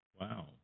Wow